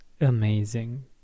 amazing